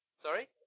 Sorry